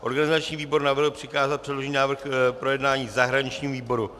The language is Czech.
Organizační výbor navrhl přikázat předložený návrh k projednání zahraničnímu výboru.